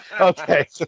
Okay